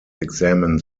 examine